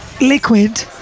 liquid